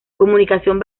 comunicación